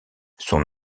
son